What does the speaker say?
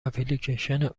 اپلیکیشن